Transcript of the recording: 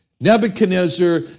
Nebuchadnezzar